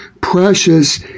precious